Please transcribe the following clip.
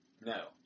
No